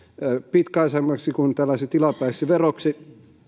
pitkäaikaisemmaksi kuin tällaiseksi tilapäiseksi veroksi mutta